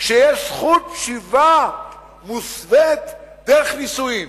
כשיש זכות שיבה מוסווית דרך נישואין?